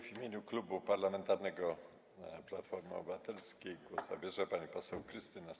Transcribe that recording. W imieniu Klubu Parlamentarnego Platforma Obywatelska głos zabierze pani poseł Krystyna